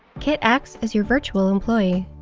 kit acts as your virtual employee.